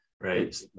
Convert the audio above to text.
Right